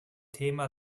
thema